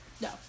No